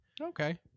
okay